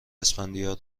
اسفندیار